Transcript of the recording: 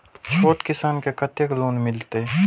छोट किसान के कतेक लोन मिलते?